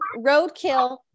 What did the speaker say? roadkill